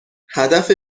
هدف